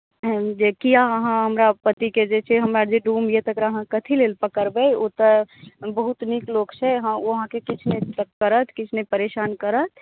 जे किये अहाँ हमरा पतिके जे छै हमर जे डोम यए तकरा अहाँ कथी लेल पकड़बै ओ तऽ बहुत नीक लोक छै ओ अहाँकेँ किछु नहि करत किछु नहि परेशान करत